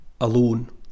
alone